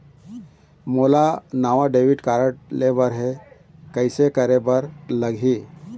मोला नावा debit card लेबर हे, कइसे करे बर लगही?